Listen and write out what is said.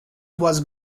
was